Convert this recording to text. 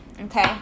okay